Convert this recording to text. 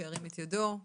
שירים את ידו.